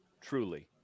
truly